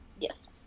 yes